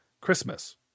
Christmas